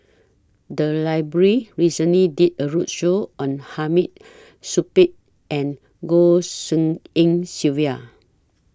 The Library recently did A roadshow on Hamid Supaat and Goh Tshin En Sylvia